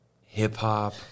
hip-hop